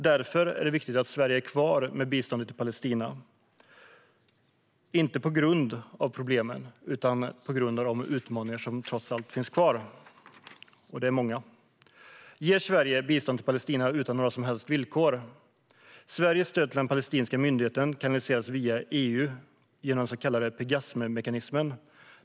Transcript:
Därför är det viktigt att Sverige har kvar sitt bistånd till Palestina - inte på grund av problemen utan på grund av de många utmaningar som finns kvar. Ger Sverige bistånd till Palestina utan några som helst villkor? Sveriges stöd till den palestinska myndigheten kanaliseras via EU genom den så kallade Pegasemekanismen.